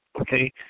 Okay